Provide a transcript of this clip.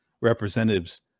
representatives